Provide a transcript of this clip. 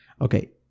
Okay